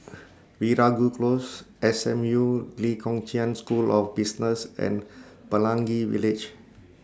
Veeragoo Close S M U Lee Kong Chian School of Business and Pelangi Village